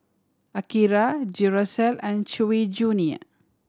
Akira Duracell and Chewy Junior